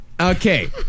Okay